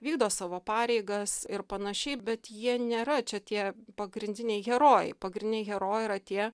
vykdo savo pareigas ir panašiai bet jie nėra čia tie pagrindiniai herojai pagrindiniai herojai yra tie